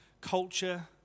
culture